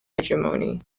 hegemony